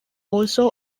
also